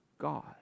God